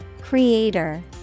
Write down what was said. Creator